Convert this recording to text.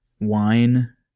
wine